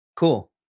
Cool